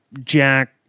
Jack